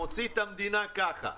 מוציא את המדינה כך.